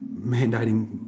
mandating